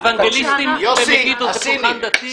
אוונגליסטים במגידו זה פולחן דתי?